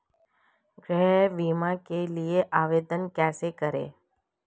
गृह बीमा के लिए आवेदन कैसे करें?